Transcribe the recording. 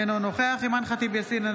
אינו נוכח אימאן ח'טיב יאסין,